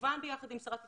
כמובן ביחד עם שרת התפוצות,